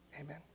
Amen